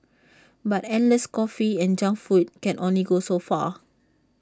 but endless coffee and junk food can only go so far